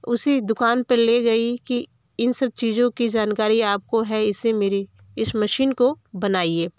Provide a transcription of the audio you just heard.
उसी दुकान पर ले गई कि इन सब चीज़ों की जानकारी आपको है इससे मेरी इस मशीन को बनाइए